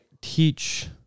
teach